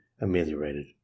ameliorated